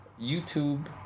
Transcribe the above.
YouTube